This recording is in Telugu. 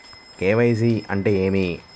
కే.వై.సి అంటే ఏమి?